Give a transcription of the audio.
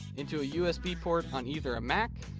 into a usb port on either a mac.